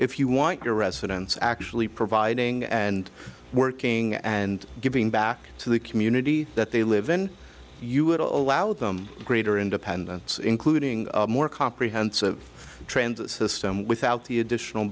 if you want your residents actually providing and working and giving back to the community that they live in you would allow them greater independence including more comprehensive transit system without the additional